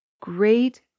great